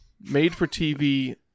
made-for-TV